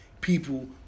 people